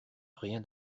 rien